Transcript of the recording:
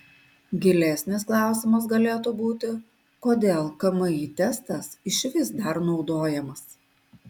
gilesnis klausimas galėtų būti kodėl kmi testas išvis dar naudojamas